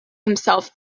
himself